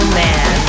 man